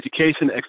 Education